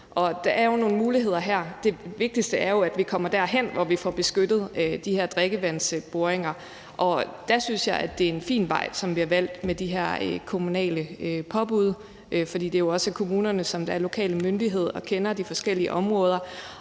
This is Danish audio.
er jo nogle muligheder her. Det vigtigste er, at vi kommer derhen, hvor vi får beskyttet de her drikkevandsboringer. Og der synes jeg, at det er en fin vej, som vi har valgt med de her kommunale påbud, fordi det jo også er kommunerne, der er lokale myndigheder og kender de forskellige områder.